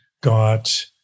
got